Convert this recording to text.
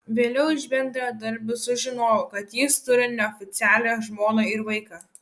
vėliau iš bendradarbių sužinojau kad jis turi neoficialią žmoną ir vaiką